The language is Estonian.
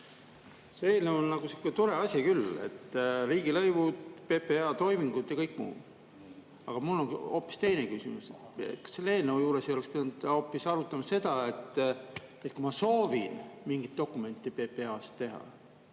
See eelnõu on sihuke tore asi küll, et siin on riigilõivud, PPA toimingud ja kõik muu. Aga mul on hoopis teine küsimus. Kas selle eelnõu juures ei oleks pidanud hoopis arutama seda, et kui ma soovin mingit dokumenti PPA-s teha,